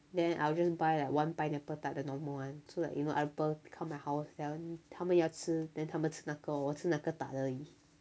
then I'll just buy like one pineapple tart the normal one so like you know other people come my house then 他们要吃 then 他们吃那个我吃那个 tart 而已